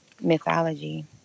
Mythology